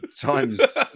times